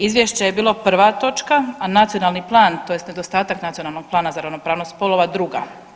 Izvješće je bilo prva točka, a nacionalni plan tj. nedostatak nacionalnog plana za ravnopravnost spolova druga.